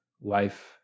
life